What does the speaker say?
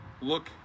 look